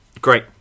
Great